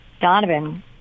donovan